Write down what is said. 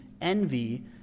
envy